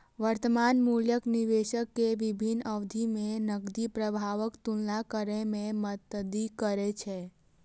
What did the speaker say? वर्तमान मूल्य निवेशक कें विभिन्न अवधि मे नकदी प्रवाहक तुलना करै मे मदति करै छै